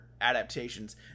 adaptations